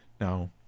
Now